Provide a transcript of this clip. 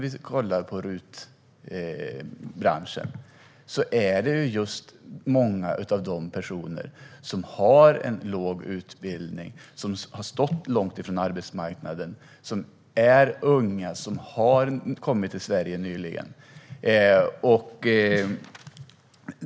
I RUT-branschen finns många personer med låg utbildning som stått långt från arbetsmarknaden, är unga och har kommit till Sverige nyligen.